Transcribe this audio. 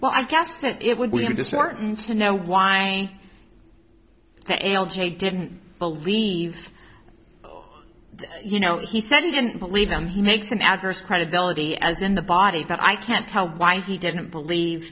well i guess that it would be i'm disheartened to know why the l g didn't believe you know he said he didn't believe him he makes an adverse credibility as in the body but i can't tell why he didn't believe